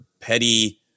petty